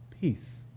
peace